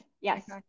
Yes